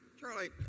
Charlie